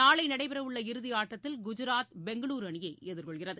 நாளை நடைபெறவுள்ள இறுதி ஆட்டத்தில் குஜராத் பெங்களுரு அணியை எதிர்கொள்கிறது